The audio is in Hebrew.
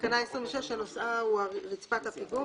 שנושאה הוא רצפת הפיגום.